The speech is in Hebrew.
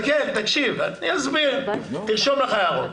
אני אסביר, תרשום לך הערות.